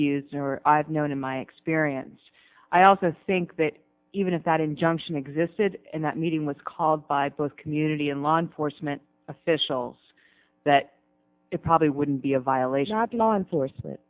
used or i've known in my experience i also think that even if that injunction existed and that meeting was called by both community and law enforcement officials that it probably wouldn't be a violation of law enforcement